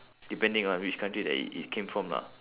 depending on which country that it it came from lah